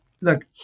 Look